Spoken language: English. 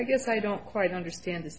i guess i don't quite understand i